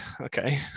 okay